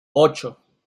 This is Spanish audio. ocho